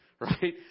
right